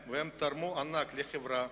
והם תרמו תרומה ענקית לחברה,